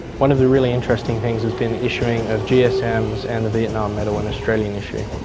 one of the really interesting things has been the issuing of gsms and the vietnam medal and australian issue.